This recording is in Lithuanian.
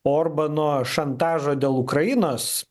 orbano šantažo dėl ukrainos